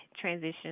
transition